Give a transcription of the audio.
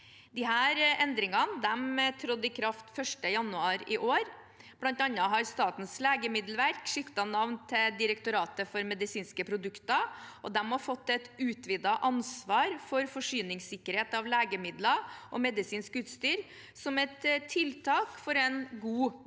Disse endringene trådte i kraft 1. januar i år. Blant annet har Statens legemiddelverk skiftet navn til Direktoratet for medisinske produkter, og de har fått et utvidet ansvar for forsyningssikkerhet av legemidler og medisinsk utstyr som et tiltak for en god beredskap.